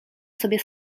sobie